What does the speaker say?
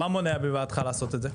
מה מונע בעדך לעשות את זה?